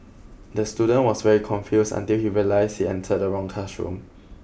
the student was very confused until he realized he entered the wrong classroom